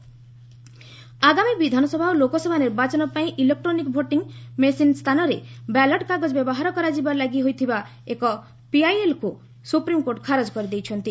SC election EVM ଆଗାମୀ ବିଧାନସଭା ଓ ଲୋକସଭା ନିର୍ବାଚନ ପାଇଁ ଇଲେକ୍ଟ୍ରୋନିକ୍ ଭୋଟିଂ ମେସିନ ସ୍ଥାନରେ ବ୍ୟାଲଟ୍ କାଗଜ ବ୍ୟବହାର କରାଯିବା ଲାଗି ହୋଇଥିବା ଏକ ପିଆଇଏଲ୍କୁ ସୁପ୍ରିମ୍କୋର୍ଟ ଖାରଜ କରିଦେଇଛନ୍ତି